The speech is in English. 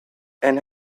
and